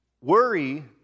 Worry